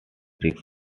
risk